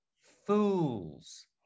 fools